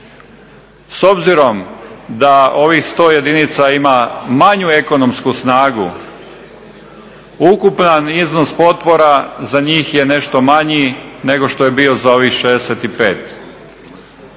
S obzirom da ovih 100 jedinica ima manju ekonomsku snagu ukupan iznos potpora za njih je nešto manji nego što je bio za ovih 65.